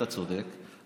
אתה צודק,